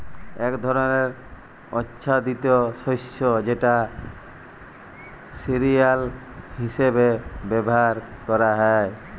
এক ধরলের আচ্ছাদিত শস্য যেটা সিরিয়াল হিসেবে ব্যবহার ক্যরা হ্যয়